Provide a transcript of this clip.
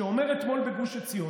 שאומר אתמול בגוש עציון,